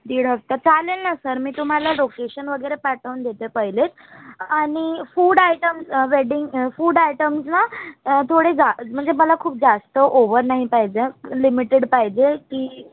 दीड हफ्ता चालेल ना सर मी तुम्हाला लोकेशन वगैरे पाठवून देते पहिले आणि food item wedding food items ना थोडे जा म्हणजे मला खूप जास्त ओव्हर नाही पाहिजे लिमिटेड पाहिजे की